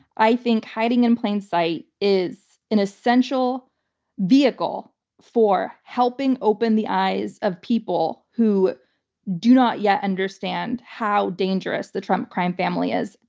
i think hiding in plain sight is an essential vehicle for helping open the eyes of people who do not yet understand how dangerous the trump crime family is.